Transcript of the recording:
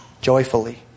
joyfully